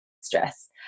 stress